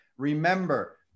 Remember